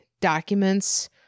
documents